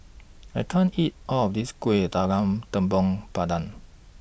I can't eat All of This Kuih Talam Tepong Pandan